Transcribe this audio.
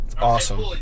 Awesome